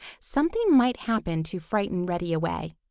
something might happen to frighten reddy away.